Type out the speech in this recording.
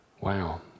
Wow